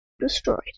destroyed